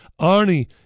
Arnie